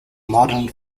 modern